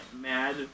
mad